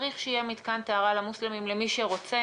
צריך שיהיה מתקן טהרה למוסלמים למי שרוצה,